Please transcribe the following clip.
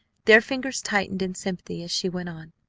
their fingers tightened in sympathy as she went on.